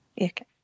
Okay